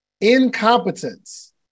incompetence